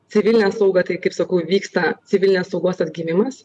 civilinė sauga tai kaip sakau vyksta civilinės saugos atgimimas